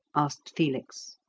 asked felix.